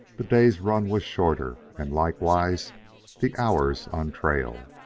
the day's run was shorter, and likewise the hours on trail.